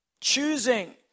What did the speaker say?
Choosing